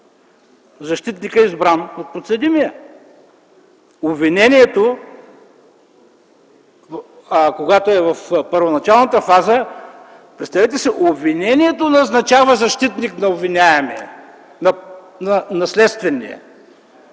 защитника, избран от подсъдимия. Когато е в първоначалната фаза, представете си, обвинението назначава защитник на обвиняемия, на следствения.